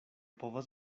povas